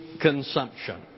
consumption